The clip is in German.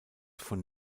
von